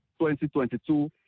2022